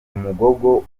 umugogo